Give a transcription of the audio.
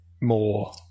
more